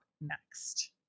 next